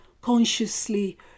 consciously